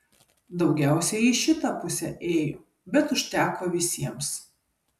daugiausiai į šitą pusę ėjo bet užteko visiems